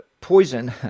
poison